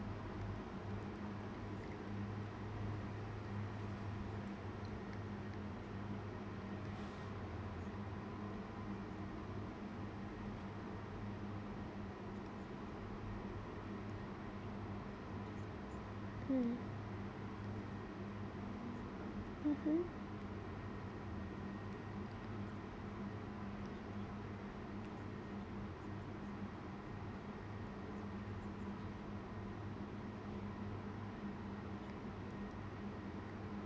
mm mmhmm